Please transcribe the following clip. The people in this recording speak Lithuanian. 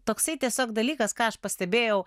toksai tiesiog dalykas ką aš pastebėjau